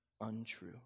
untrue